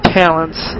talents